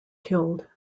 killed